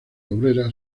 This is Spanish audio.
obrera